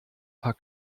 paar